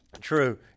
True